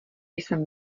jsem